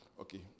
Okay